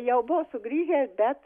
jau buvo sugrįžę bet